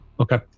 Okay